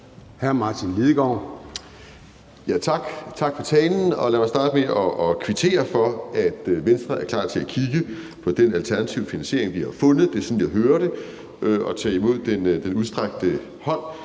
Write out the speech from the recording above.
10:25 Martin Lidegaard (RV): Tak. Tak for talen. Lad mig starte med kvittere for, at Venstre er klar til at kigge på den alternative finansiering, vi har fundet – det er sådan, jeg hører det – og tage imod den udstrakte hånd.